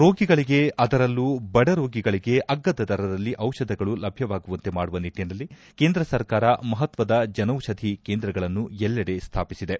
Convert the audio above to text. ರೋಗಿಗಳಿಗೆ ಅದರಲ್ಲೂ ಬಡ ರೋಗಿಗಳಿಗೆ ಅಗ್ಗದ ದರದಲ್ಲಿ ಔಷಧಗಳು ಲಭ್ಯವಾಗುವಂತೆ ಮಾಡುವ ನಿಟ್ಟಿನಲ್ಲಿ ಕೇಂದ್ರ ಸರ್ಕಾರ ಮಹತ್ವದ ಜನೌಷಧಿ ಕೇಂದ್ರಗಳನ್ನು ಎಲ್ಲೆಡೆ ಸ್ಥಾಪಿಸಿದೆ